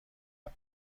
حبه